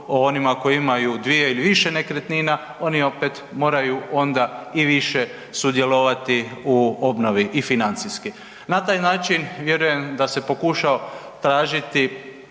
o onima kojima imaju dvije ili više nekretnina, oni opet moraju onda i više sudjelovati u obnovi i financijski. Na taj način vjerujem da se pokušao tražiti